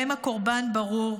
שבהן הקורבן ברור,